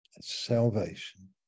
salvation